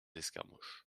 escarmouches